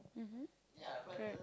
mmhmm correct